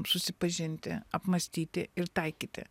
susipažinti apmąstyti ir taikyti